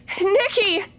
Nikki